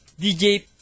DJ